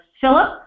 Philip